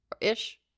ish